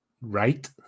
right